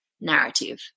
narrative